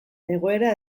egoera